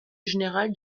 général